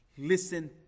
Listen